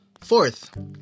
Fourth